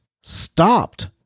stopped